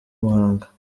muhanga